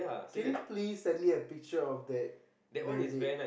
can you please send me a picture of that marinate